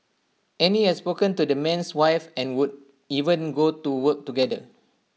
Annie had spoken to the man's wife and would even go to work together